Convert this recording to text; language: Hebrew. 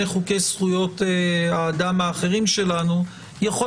חוקי זכויות האדם האחרים שלנו היא לא זניחה,